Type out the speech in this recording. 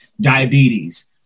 diabetes